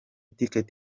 ticket